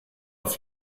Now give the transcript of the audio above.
auf